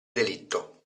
delitto